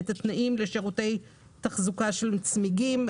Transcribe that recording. את התנאים לשירותי תחזוקה של צמיגים,